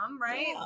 right